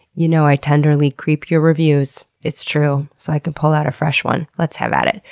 you know i tenderly creep your reviews, it's true, so i can pull out a fresh one. let's have at it.